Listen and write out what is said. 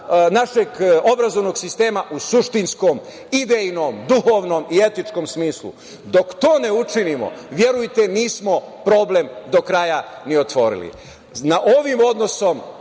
našeg obrazovnog sistema u suštinskom, idejnom, duhovnom i etičkom smislu, dok to ne učinimo, verujete, nismo problem do kraja ni otvorili. Ovim odnosom